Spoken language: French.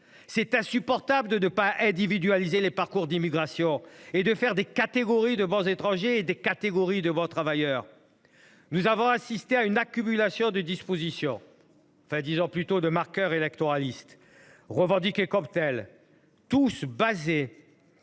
est insupportable de ne pas individualiser les parcours d’immigration et de faire des catégories de bons étrangers et de bons travailleurs ! Nous avons vu s’accumuler nombre de dispositions – enfin, plutôt des marqueurs électoralistes, revendiqués comme tels basées